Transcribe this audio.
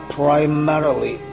primarily